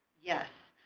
yes.